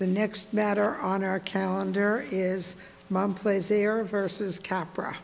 the next matter on our calendar is mom place there versus capra